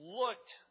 looked